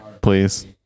please